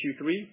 Q3